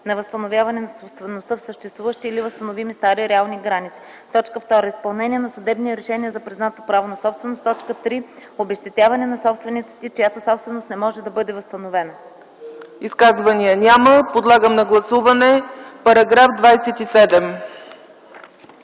на възстановяване на собствеността в съществуващи или възстановими стари реални граници; 2. изпълнение на съдебни решения за признато право на собственост; 3. обезщетяване на собствениците, чиято собственост не може да бъде възстановена.” ПРЕДСЕДАТЕЛ ЦЕЦКА ЦАЧЕВА: Изказвания? Няма. Подлагам на гласуване § 27.